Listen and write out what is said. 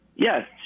Yes